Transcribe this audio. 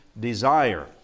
desire